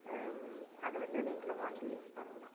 அது வந்து நீங்களும் வாங்கி யூஸ் பண்ணலாம்